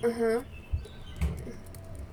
(uh huh)